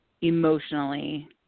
emotionally